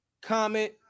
comment